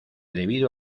debido